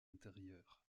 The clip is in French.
intérieure